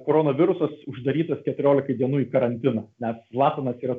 koronavirusas uždarytas keturiolikai dienų į karantiną nes zlatanas yra